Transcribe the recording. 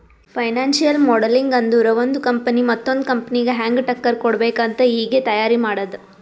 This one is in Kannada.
ಫೈನಾನ್ಸಿಯಲ್ ಮೋಡಲಿಂಗ್ ಅಂದುರ್ ಒಂದು ಕಂಪನಿ ಮತ್ತೊಂದ್ ಕಂಪನಿಗ ಹ್ಯಾಂಗ್ ಟಕ್ಕರ್ ಕೊಡ್ಬೇಕ್ ಅಂತ್ ಈಗೆ ತೈಯಾರಿ ಮಾಡದ್ದ್